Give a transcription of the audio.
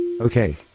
Okay